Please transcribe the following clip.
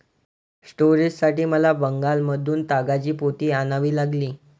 स्टोरेजसाठी मला बंगालमधून तागाची पोती आणावी लागली